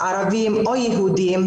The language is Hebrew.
ערבים או יהודים,